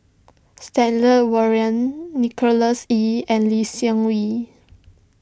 Stanley Warren Nicholas Ee and Lee Seng Wee